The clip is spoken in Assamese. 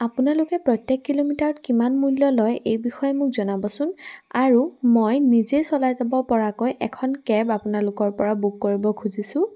আপোনালোকে প্ৰত্যেক কিলোমিটাৰত কিমান মূল্য লয় এই বিষয়ে মোক জনাবচোন আৰু মই নিজেই চলাই যাব পৰাকৈ এখন কেব আপোনালোকৰপৰা বুক কৰিব খুজিছোঁ